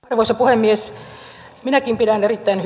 arvoisa puhemies minäkin pidän erittäin hyvänä nyt toisaalta